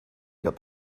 got